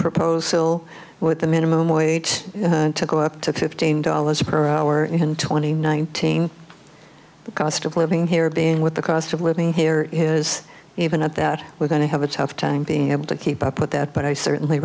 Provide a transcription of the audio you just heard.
proposal with the minimum wage to go up to fifteen dollars per hour and twenty nineteen the cost of living here being with the cost of living here has even up that we're going to have a tough time being able to keep up with that but i certainly